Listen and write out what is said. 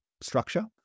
structure